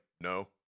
No